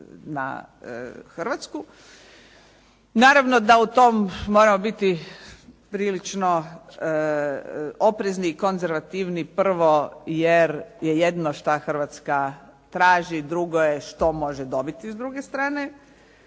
na Hrvatsku. Naravno da u tom moramo biti prilično oprezni i konzervativni prvo jer je jedno šta Hrvatska traži, drugo je što može dobiti s druge strane